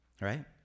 Right